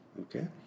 okay